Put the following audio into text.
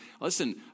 Listen